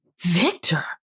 Victor